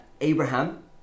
Abraham